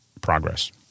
progress